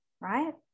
right